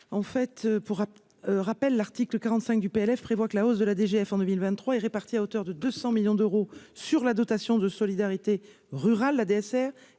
en fait, pour rappel, l'article 45 du PLF prévoit que la hausse de la DGF en 2023 est réparti à hauteur de 200 millions d'euros sur la dotation de solidarité rurale, la DSR